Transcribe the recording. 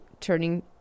turning